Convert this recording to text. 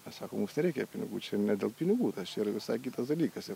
aš sakau mums nereikia pinigų čia ne dėl pinigų ir visai kitas dalykas